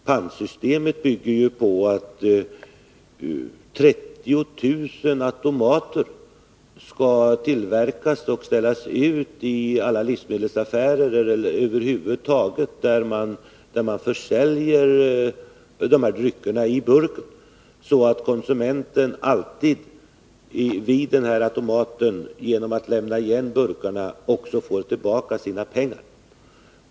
Pantsystemet bygger på att omkring 30 000 automater skall tillverkas och ställas ut i alla livsmedelsaffärer och på de andra platser där dessa drycker försäljs i burk. Konsumenten skall alltid, genom att lämna igen burkarna, via denna automat få tillbaka sina pengar.